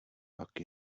pak